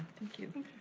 thank you.